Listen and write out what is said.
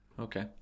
Okay